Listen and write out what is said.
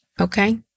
Okay